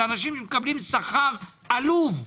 זה אנשים שמקבלים שכר עלוב,